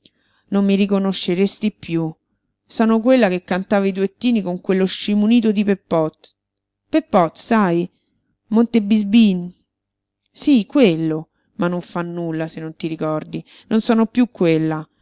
non mi riconosceresti piú sono quella che cantava i duettini con quello scimunito di peppot peppot sai monte bisbin sí quello ma non fa nulla se non ti ricordi non sono piú quella